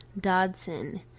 dodson